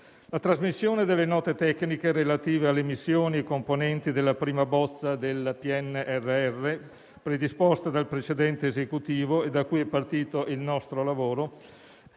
Parlamento delle note tecniche relative alle missioni componenti della prima bozza del PNRR, predisposta dal precedente Esecutivo e da cui è partito il nostro lavoro,